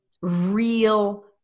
real